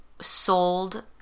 sold